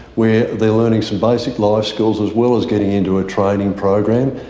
where they're learning some basic life skills, as well as getting into a training program,